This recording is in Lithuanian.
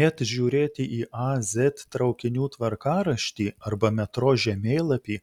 net žiūrėti į a z traukinių tvarkaraštį arba metro žemėlapį